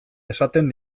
esaten